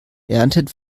erntet